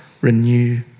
renew